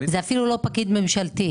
זה אפילו לא פקיד ממשלתי,